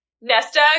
Nesta